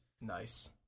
Nice